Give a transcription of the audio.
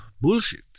bullshit